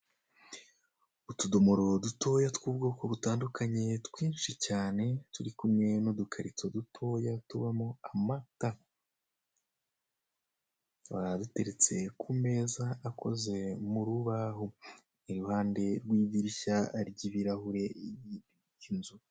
Utudomoro dutoya tw'ubwoko butandukanye, twinshi cyane, turi kumwe n'udukarito dutoya tubamo amata. Tukaba duteretse kumeza akoze mu rubaho. Iruhande rw'idirishya ry'ibirahure by'inzu.